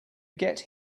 get